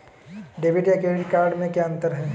Debit या credit card में क्या अन्तर है?